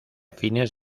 fines